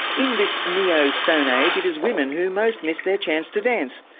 in this neo-stone age it is women who most miss their chance to dance.